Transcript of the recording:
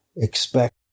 Expect